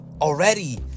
already